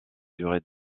durée